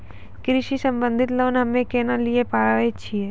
कृषि संबंधित लोन हम्मय केना लिये पारे छियै?